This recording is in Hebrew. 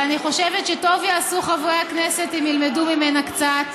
ואני חושבת שטוב יעשו חברי הכנסת אם ילמדו ממנה קצת,